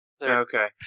Okay